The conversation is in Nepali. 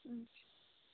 हुन्छ